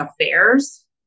affairs